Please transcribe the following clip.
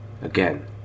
Again